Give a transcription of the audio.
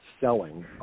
selling